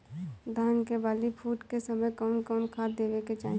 धान के बाली फुटे के समय कउन कउन खाद देवे के चाही?